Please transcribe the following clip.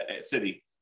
city